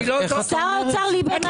מספיק.